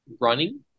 running